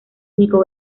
único